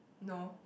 no